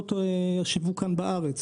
רשתות השיווק בארץ.